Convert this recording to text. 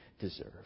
deserve